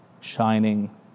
shining